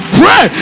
pray